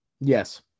Yes